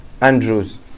Andrews